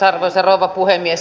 arvoisa puhemies